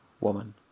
woman